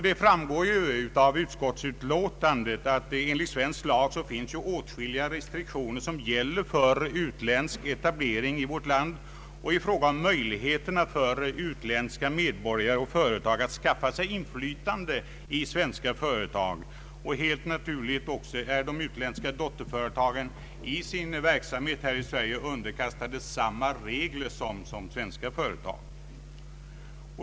Det framgår också av utskottsutlåtandet att det enligt svensk lag finns åtskilliga restriktioner som gäller för utländsk etablering i vårt land och i fråga om möjligheterna för utländska medborgare och företag att skaffa sig inflytande i svenska företag. Och helt naturligt är de utländska dotterföretagen i sin verksamhet i Sverige underkastade samma regler som svenska företag.